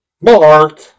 Mark